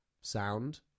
sound